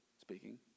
speaking